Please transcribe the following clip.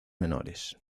menores